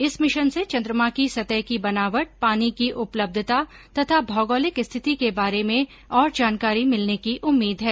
इस मिशन से चन्द्रमा की सतह की बनावट पानी की उपलब्धता तथा भौगोलिक स्थिति के बारे में और जानकारी मिलने की उम्मीद है